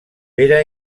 pere